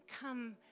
come